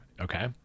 Okay